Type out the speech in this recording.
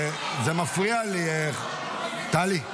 זה מפריע לי, טלי.